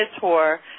tour